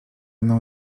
mną